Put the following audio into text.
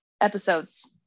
episodes